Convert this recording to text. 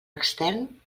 extern